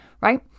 right